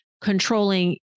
controlling